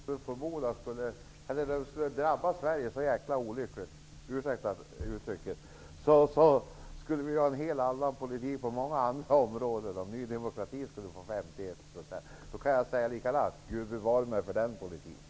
Herr talman! Om Ny demokrati mot förmodan skulle få 51 % skulle det drabba Sverige olyckligt. Det skulle bli en helt annan politik på många andra områden om Ny demokrati fick 51 %. Gud bevare mig för den politiken!